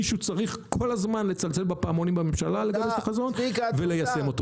מישהו צריך כל הזמן לצלצל בפעמון בממשלה לגבש את החזון וליישם אותו.